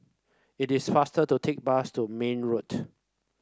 it is faster to take bus to Marne Road